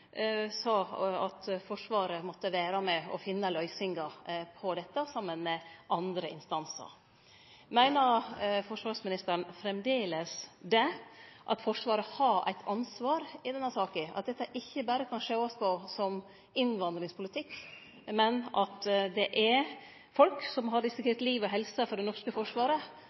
sa at Forsvaret måtte vere med og finne løysingar på dette, saman med andre instansar. Meiner forsvarsministeren framleis at Forsvaret har eit ansvar i denne saka, at dette ikkje berre kan sjåast på som innvandringspolitikk, men at det er folk som har risikert liv og helse for det norske forsvaret,